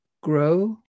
grow